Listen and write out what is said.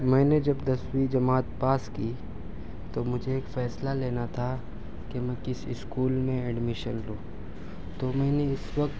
میں نے جب دسویں جماعت پاس کی تو مجھے ایک فیصلہ لینا تھا کہ میں کس اسکول میں ایڈمیشن لوں تو میں نے اس وقت